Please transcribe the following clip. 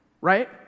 right